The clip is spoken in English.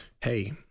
hey